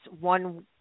one